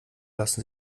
lassen